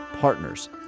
partners